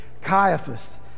Caiaphas